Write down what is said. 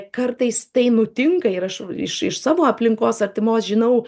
kartais tai nutinka ir aš iš iš savo aplinkos artimos žinau